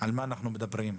על מה אנחנו מדברים.